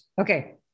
Okay